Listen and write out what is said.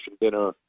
dinner